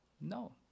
No